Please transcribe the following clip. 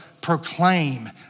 proclaim